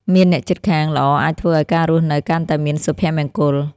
មានអ្នកជិតខាងល្អអាចធ្វើឱ្យការរស់នៅកាន់តែមានសុភមង្គល។